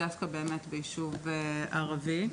ביישוב ערבי.